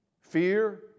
Fear